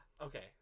okay